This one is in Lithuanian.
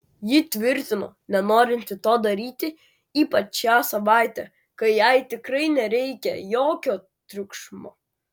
ji tvirtino nenorinti to daryti ypač šią savaitę kai jai tikrai nereikia jokio triukšmo